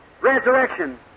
resurrection